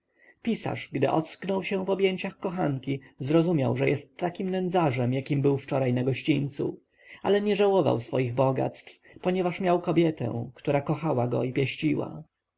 pisarz gdy ocknął się w objęciach kochanki zrozumiał że jest takim nędzarzem jakim był wczoraj na gościńcu ale nie żałował swoich bogactw ponieważ miał kobietę która kochała go i pieściła